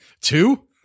two